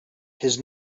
his